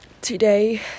today